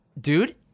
Dude